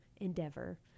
endeavor